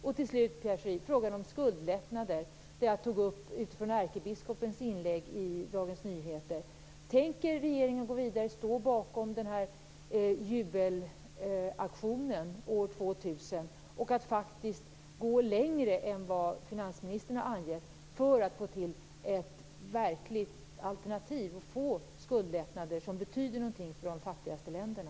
Till slut, Pierre Schori, frågan om skuldlättnader, som jag tog upp utifrån ärkebiskopens inlägg i Dagens Nyheter. Tänker regeringen gå vidare och stå bakom jubelaktionen år 2000? Tänker man gå längre än vad finansministern faktiskt har angett för att få till ett verkligt alternativ, för att få skuldlättnader som betyder någonting för de fattigaste länderna?